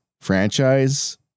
franchise